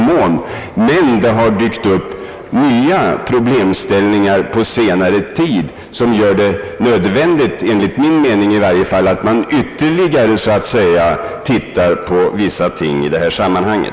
Men det har dykt upp nya problemställningar på senare tid, som enligt min mening gör det nödvändigt att ytterligare beakta vissa ting i detta sammanhang.